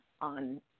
on